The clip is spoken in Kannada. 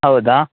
ಹೌದಾ